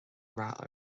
rath